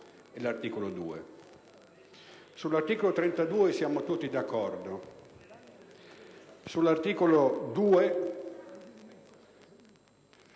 e l'articolo 2. Sull'articolo 32 siamo tutti d'accordo. Sull'articolo 2